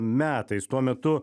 metais tuo metu